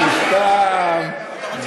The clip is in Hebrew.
יש לך מה